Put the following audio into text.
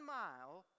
mile